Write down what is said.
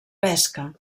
pesca